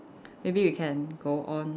maybe you can go on